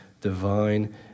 divine